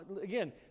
again